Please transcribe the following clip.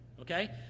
Okay